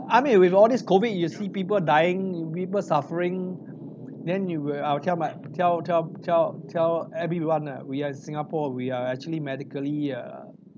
I mean with all these COVID you see people dying people suffering then you will I will tell my tell tell tell tell everyone lah we at singapore we are actually medically err